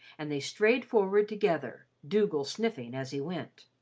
and they strayed forward together, dougal sniffing as he went.